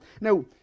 Now